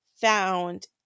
found